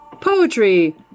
Poetry